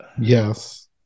Yes